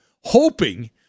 hoping